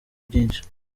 byinshi